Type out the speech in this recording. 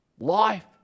Life